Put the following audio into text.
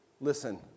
Listen